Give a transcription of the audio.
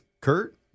Kurt